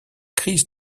crises